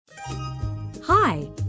Hi